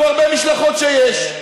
כמו הרבה משלחות שיש,